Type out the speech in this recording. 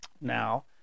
Now